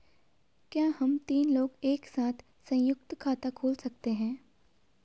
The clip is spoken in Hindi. क्या हम तीन लोग एक साथ सयुंक्त खाता खोल सकते हैं?